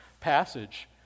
passage